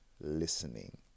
listening